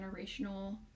generational